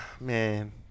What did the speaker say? Man